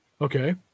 Okay